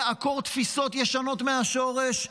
יעקור תפיסות ישנות מהשורש,